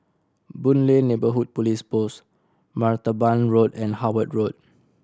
Boon Lay Neighbourhood Police Post Martaban Road and Howard Road